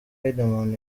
rideman